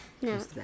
No